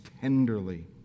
tenderly